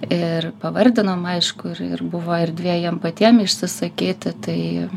ir pavardinom aišku ir ir buvo erdvė jiem patiem išsisakyti tai